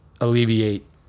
alleviate